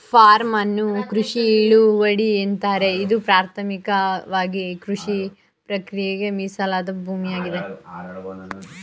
form ಅನ್ನು ಕೃಷಿ ಹಿಡುವಳಿ ಎನ್ನುತ್ತಾರೆ ಇದು ಪ್ರಾಥಮಿಕವಾಗಿಕೃಷಿಪ್ರಕ್ರಿಯೆಗೆ ಮೀಸಲಾದ ಭೂಮಿಯಾಗಿದೆ